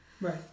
Right